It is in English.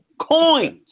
Coins